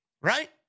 Right